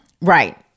Right